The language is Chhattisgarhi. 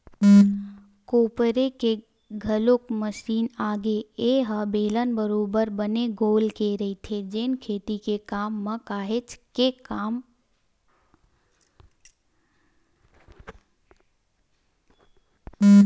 कोपरे के घलोक मसीन आगे ए ह बेलन बरोबर बने गोल के रहिथे जेन खेती के काम म काहेच के आथे